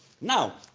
Now